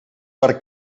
per